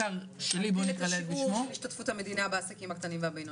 להגדיל את השיעור של השתתפות המדינה בעסקים הקטנים והבינוניים,